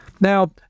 Now